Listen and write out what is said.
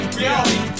reality